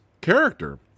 Character